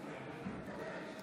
בהצבעה